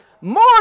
more